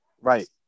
Right